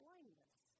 Blindness